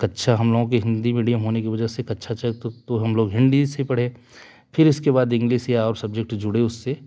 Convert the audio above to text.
कक्षा हम लोगों के हिंदी मीडियम होने की वजह से कक्षा छ तक तो हम लोग हिंदी से ही पड़े फिर उसके बाद इंग्लिस या और सब्जेक्ट जुड़े उससे